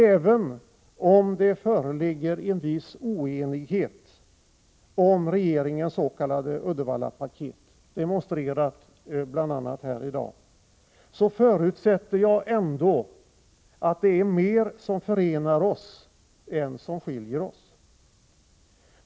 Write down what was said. Även om det föreligger en viss oenighet om regeringens s.k. Uddevallapaket, demonstrerad bl.a. här i dag, förutsätter jag att det är mer som förenar oss än som skiljer oss åt.